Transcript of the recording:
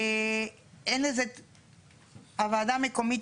והוועדה המקומית,